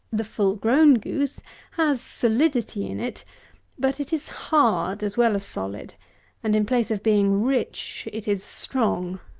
the full-grown goose has solidity in it but it is hard, as well as solid and in place of being rich, it is strong.